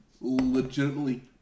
legitimately